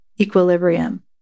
equilibrium